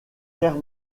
guerre